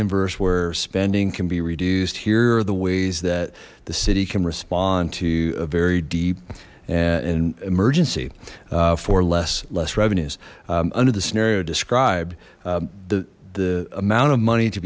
inverse where spending can be reduced here are the ways that the city can respond to a very deep an emergency for less less revenues under the scenario described the the amount of money to